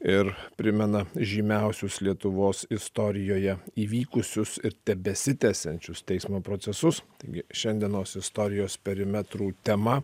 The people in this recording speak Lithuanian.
ir primena žymiausius lietuvos istorijoje įvykusius ir tebesitęsiančius teismo procesus taigi šiandienos istorijos perimetrų tema